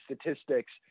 statistics